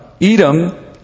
Edom